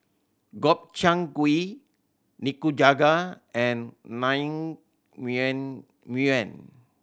Gobchang Gui Nikujaga and Naengmyeon